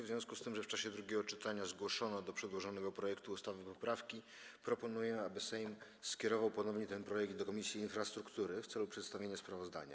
W związku z tym, że w czasie drugiego czytania zgłoszono do przedłożonego projektu ustawy poprawki, proponuję, aby Sejm skierował ponownie ten projekt do Komisji Infrastruktury w celu przedstawienia sprawozdania.